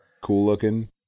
cool-looking